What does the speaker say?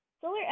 Solar